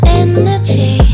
energy